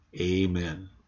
Amen